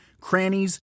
crannies